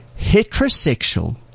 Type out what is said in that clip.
heterosexual